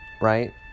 Right